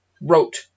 wrote